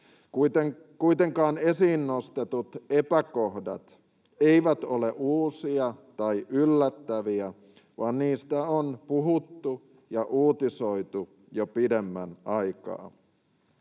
Kuitenkaan esiin nostetut epäkohdat eivät ole uusia tai yllättäviä, vaan niistä on puhuttu ja uutisoitu jo pidemmän aikaa.